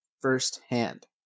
firsthand